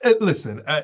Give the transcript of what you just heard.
Listen